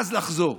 ואז לחזור.